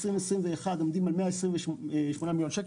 20'-21' עומדים על 128 מיליון שקל.